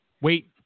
Wait